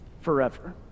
forever